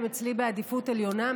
הן אצלי בעדיפות עליונה.